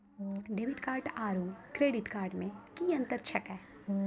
Debit card आरू credit card मे कि अन्तर छैक?